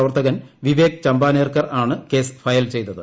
പ്രവർത്തകൻ വിവേക് ചമ്പാനേർക്കർ ആണ് case file ചെയ്തത്